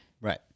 Right